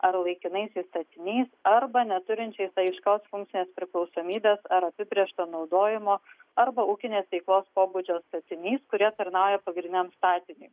ar laikinais statiniais arba neturinčiais aiškios funkcinės priklausomybės ar apibrėžto naudojimo arba ūkinės veiklos pobūdžio statinys kurie tarnauja pagrindiniam statiniui